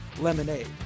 lemonade